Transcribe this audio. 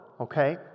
Okay